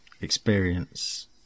experience